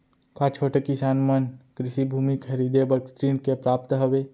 का छोटे किसान मन कृषि भूमि खरीदे बर ऋण के पात्र हवे?